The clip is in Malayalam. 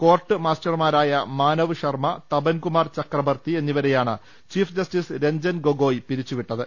കോർട്ട് മാസ്റ്റർമാരായ മാനവ് ശർമ്മ തപൻകുമാർ ചക്ര ബർത്തി എന്നിവരെയാണ് ചീഫ് ജസ്റ്റിസ് രഞ്ജൻ ഗൊഗോയ് പിരിച്ചുവിട്ടത്